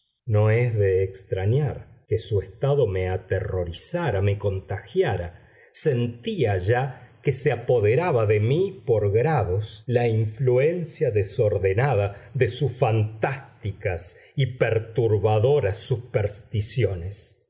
no es de extrañar que su estado me aterrorizara me contagiara sentía ya que se apoderaba de mí por grados la influencia desordenada de sus fantásticas y perturbadoras supersticiones